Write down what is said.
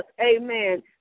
amen